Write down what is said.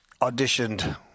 auditioned